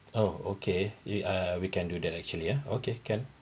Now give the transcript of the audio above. oh okay we uh we can do that actually ya okay can